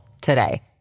today